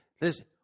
listen